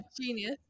genius